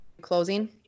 closing